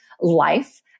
life